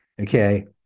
Okay